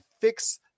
fix